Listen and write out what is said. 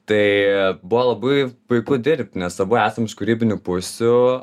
tai buvo labai puiku dirbt nes abu esam iš kūrybinių pusių